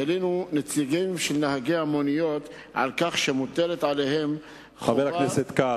הלינו נציגים של נהגי המוניות על כך שמוטלת עליהם חובה לבחון,